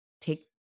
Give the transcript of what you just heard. take